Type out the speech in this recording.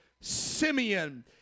Simeon